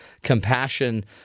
compassion